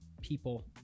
people